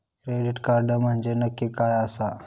Credit card म्हंजे नक्की काय आसा?